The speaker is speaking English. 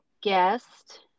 guest